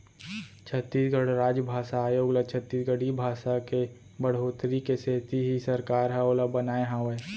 छत्तीसगढ़ राजभासा आयोग ल छत्तीसगढ़ी भासा के बड़होत्तरी के सेती ही सरकार ह ओला बनाए हावय